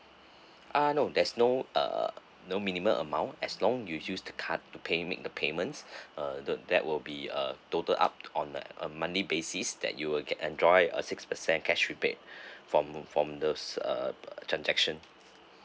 ah no there's no uh no minimum amount as long you use the card to pay make the payments uh don't that will be a total up on a monthly basis that you will get enjoy a six percent cash rebate from from those uh transaction